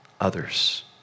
others